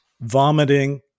vomiting